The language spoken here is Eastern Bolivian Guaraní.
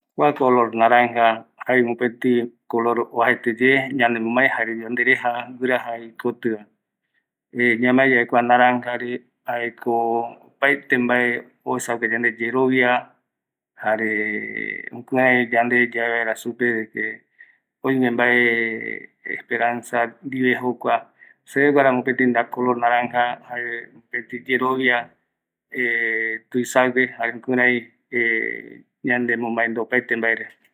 Ayemongueta ai yave aesa ye ñemopira pitaave o narä jei supe va yae jaema ou vi añemongueta oimeesa keee o kooo serovai oï narä jauvaerama oïva se mo yeucaiñoma aesa aï je.